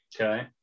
Okay